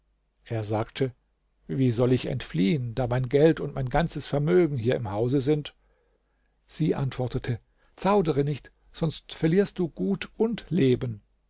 er sagte wie soll ich entfliehen da mein geld und mein ganzes vermögen hier im hause sind sie antwortete zaudere nicht sonst verlierst du gut und leben